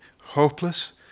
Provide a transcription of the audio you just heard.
hopeless